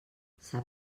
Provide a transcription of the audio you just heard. sap